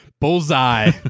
Bullseye